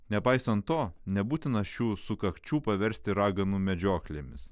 nepaisant to nebūtina šių sukakčių paversti raganų medžioklėmis